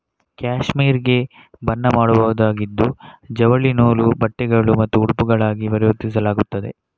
cashmere ಗೆ ಬಣ್ಣ ಮಾಡಬಹುದಾಗಿದ್ದು ಜವಳಿ ನೂಲು, ಬಟ್ಟೆಗಳು ಮತ್ತು ಉಡುಪುಗಳಾಗಿ ಪರಿವರ್ತಿಸಲಾಗುತ್ತದೆ